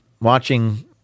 watching